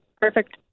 perfect